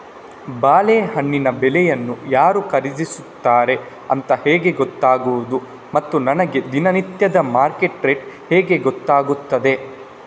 ಬಾಳೆಹಣ್ಣಿನ ಬೆಳೆಯನ್ನು ಯಾರು ಖರೀದಿಸುತ್ತಾರೆ ಅಂತ ಹೇಗೆ ಗೊತ್ತಾಗುವುದು ಮತ್ತು ನನಗೆ ದಿನನಿತ್ಯದ ಮಾರ್ಕೆಟ್ ರೇಟ್ ಹೇಗೆ ಗೊತ್ತಾಗುತ್ತದೆ?